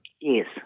Yes